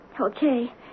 Okay